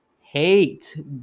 hate